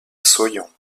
soyons